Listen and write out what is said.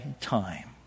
time